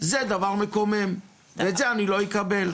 זה דבר מקומם ואת זה אני לא אקבל.